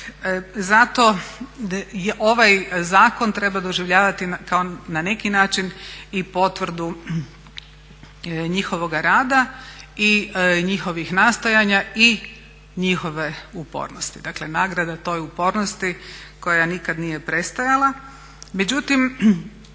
Zato ovaj zakon treba doživljavati kao na neki način i potvrdu njihovoga rada i njihovih nastojanja i njihove upornosti, dakle nagrada toj upornosti koja nikad nije prestajala.